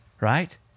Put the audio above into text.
right